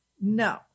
No